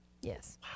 Yes